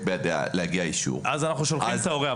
בידיה שיגיע האישור --- אז אנחנו שולחים את ההורה,